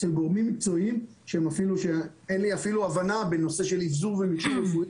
אצל גורמים מקצועיים שאין לי אפילו הבנה בנושא של אבזור ומכשור רפואי.